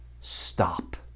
stop